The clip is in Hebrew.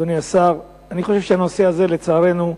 אדוני השר, הנושא הזה, לצערנו,